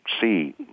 see